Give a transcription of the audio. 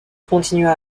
continua